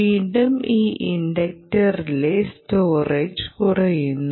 വീണ്ടും ഈ ഇൻഡക്ടറിലെ സ്റ്റോറേജ് കുറയുന്നു